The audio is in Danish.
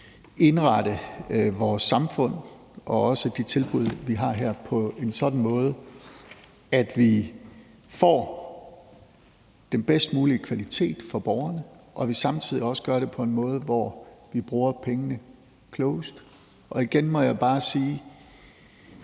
indrette vores samfund og også de tilbud, vi har her, på en sådan måde, at vi får den bedst mulige kvalitet for borgerne, og at vi samtidig også gør det på en måde, hvor vi bruger pengene klogest. Igen må jeg bare sige,